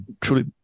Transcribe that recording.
truly